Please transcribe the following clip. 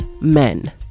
men